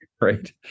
right